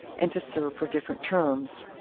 and to serve for different terms.